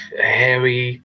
hairy